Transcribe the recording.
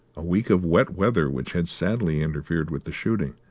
a week of wet weather which had sadly interfered with the shooting,